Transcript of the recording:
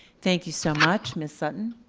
thank you so much, ms. sutton.